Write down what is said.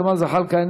ג'מאל זחאלקה,